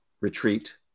retreat